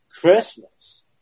Christmas